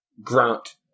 Grant